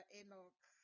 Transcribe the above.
Enoch